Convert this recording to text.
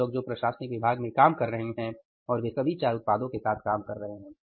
10 लोग जो प्रशासनिक विभाग में काम कर रहे हैं और वे सभी 4 उत्पादों के साथ काम कर रहे हैं